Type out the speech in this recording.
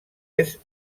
est